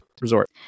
Resort